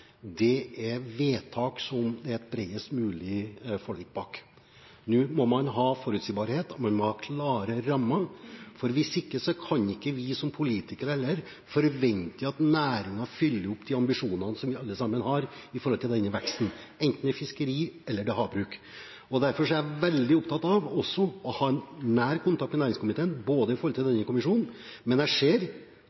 er vedtak som det er et bredest mulig forlik bak. Nå må man ha forutsigbarhet og klare rammer, for hvis ikke kan heller ikke vi som politikere forvente at næringen følger opp de ambisjonene som vi alle sammen har når det gjelder denne veksten – enten det gjelder fiskeri eller havbruk. Derfor er jeg veldig opptatt av å ha nær kontakt med næringskomiteen – også når det gjelder denne kommisjonen – men jeg ser at komiteen har lagt opp til